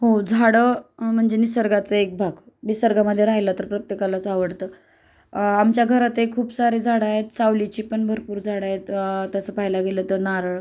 हो झाडं म्हणजे निसर्गाचं एक भाग निसर्गामध्ये राहिलं तर प्रत्येकालाच आवडतं आमच्या घरात खूप सारे झाडं आहेत त्यात सावलीची पण भरपूर झाडं आहेत तसं पहायला गेलं तर नारळ